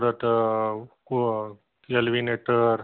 परत को केलविनेटर